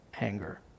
anger